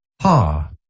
Ha